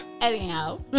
Anyhow